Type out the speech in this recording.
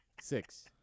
Six